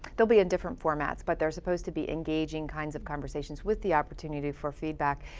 they'll be in different formats but they're supposed to be engaging kinds of conversations with the opportunity for feedback.